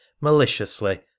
maliciously